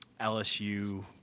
LSU